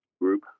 group